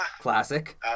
Classic